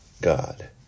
God